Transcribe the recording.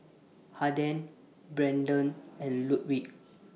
Haden Brenden and Ludwig